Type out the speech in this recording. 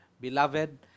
beloved